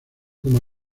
como